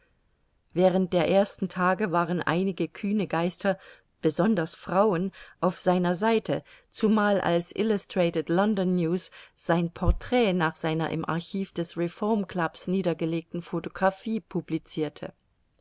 während der ersten tage waren einige kühne geister besonders frauen auf seiner seite zumal als illustrated london news sein portrait nach seiner im archiv des reformclubs niederlegten photographie publicirte